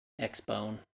X-Bone